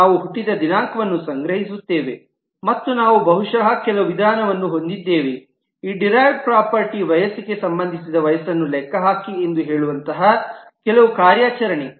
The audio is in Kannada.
ನಾವು ಹುಟ್ಟಿದ ದಿನಾಂಕವನ್ನು ಸಂಗ್ರಹಿಸುತ್ತೇವೆ ಮತ್ತು ನಾವು ಬಹುಶಃ ಕೆಲವು ವಿಧಾನವನ್ನು ಹೊಂದಿದ್ದೇವೆಈ ಡಿರೈವ್ಡ್ ಪ್ರಾಪರ್ಟಿ ವಯಸ್ಸಿಗೆ ಸಂಬಂಧಿಸಿದ ವಯಸ್ಸನ್ನು ಲೆಕ್ಕಹಾಕಿ ಎಂದು ಹೇಳುವಂತಹ ಕೆಲವು ಕಾರ್ಯಾಚರಣೆ